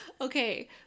Okay